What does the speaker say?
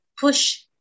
push